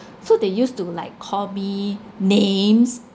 so they used to like call me names